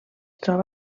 troba